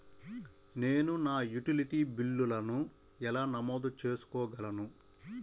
నేను నా యుటిలిటీ బిల్లులను ఎలా నమోదు చేసుకోగలను?